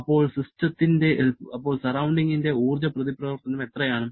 അപ്പോൾ സറൌണ്ടിങ്ങിന്റെ ഊർജ്ജ പ്രതിപ്രവർത്തനം എത്രയാണ്